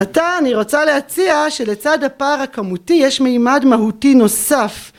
עתה אני רוצה להציע שלצד הפער הכמותי יש מימד מהותי נוסף